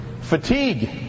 fatigue